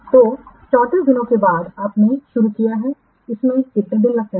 तो 34 दिनों के बाद आपने शुरू किया है कि इसमें कितने दिन लगते हैं